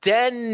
Den